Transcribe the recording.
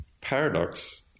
paradox